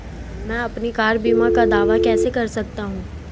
मैं अपनी कार बीमा का दावा कैसे कर सकता हूं?